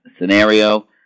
scenario